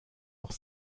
noch